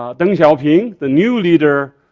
ah deng xiaoping, the new leader.